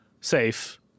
safe